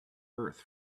earth